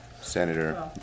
Senator